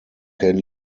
can